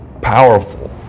powerful